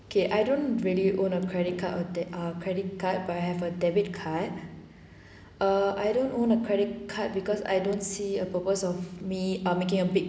okay I don't really own a credit card or de~ ah credit card but I have a debit card err I don't own a credit card because I don't see a purpose of me ah making a big